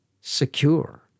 secure